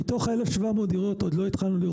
מתוך ה-1,700 דירות עוד לא התחלנו.